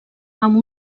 amb